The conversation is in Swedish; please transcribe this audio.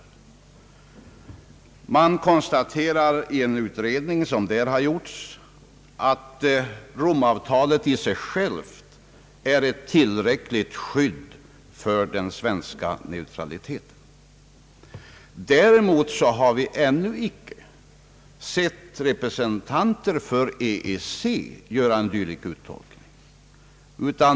Industriförbundet konstaterar i en utredning som har gjorts där att Rom-avtalet i sig självt är ett tillräckligt skydd för den svenska neutraliteten. Däremot har vi ännu icke sett representanter för EEC göra en dylik uttolkning.